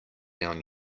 down